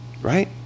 right